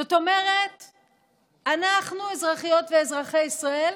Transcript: זאת אומרת אנחנו, אזרחיות ואזרחי ישראל,